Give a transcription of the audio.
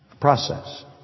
Process